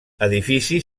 edifici